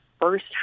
first